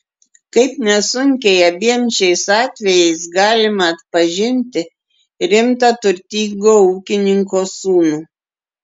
kaip nesunkiai abiem šiais atvejais galima atpažinti rimtą turtingo ūkininko sūnų